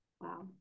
Wow